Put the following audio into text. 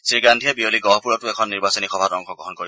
শ্ৰীগান্ধীয়ে বিয়লি গহপুৰতো এখন নিৰ্বাচনী সভাত অংশগ্ৰহণ কৰিব